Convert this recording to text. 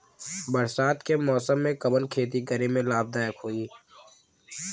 बरसात के मौसम में कवन खेती करे में लाभदायक होयी?